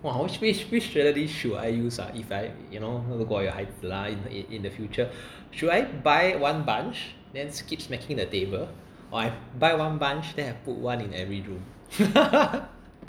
!wah! !wah! which which strategy should I use ah if I you know 如果有孩子 lah in in the future should I buy one bunch then keep smacking the table or I buy one bunch then I put one in every room